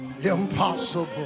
impossible